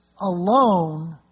alone